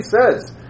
says